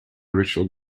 richard